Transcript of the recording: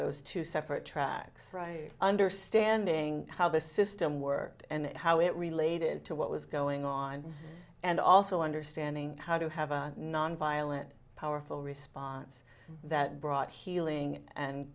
those two separate tracks understanding how the system worked and how it related to what was going on and also understanding how to have a nonviolent powerful response that brought healing and